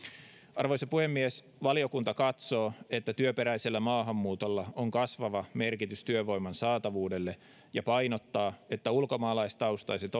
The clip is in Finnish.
arvoisa puhemies valiokunta katsoo että työperäisellä maahanmuutolla on kasvava merkitys työvoiman saatavuudelle ja painottaa että ulkomaalaistaustaiset